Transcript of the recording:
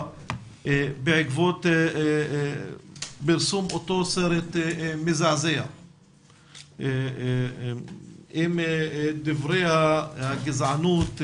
בעקבות פרסום אותו סרט מזעזע עם דברי הגזענות,